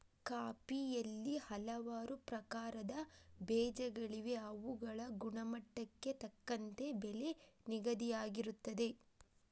ಕಾಫಿಯಲ್ಲಿ ಹಲವಾರು ಪ್ರಕಾರದ ಬೇಜಗಳಿವೆ ಅವುಗಳ ಗುಣಮಟ್ಟಕ್ಕೆ ತಕ್ಕಂತೆ ಬೆಲೆ ನಿಗದಿಯಾಗಿರುತ್ತದೆ